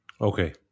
Okay